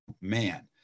man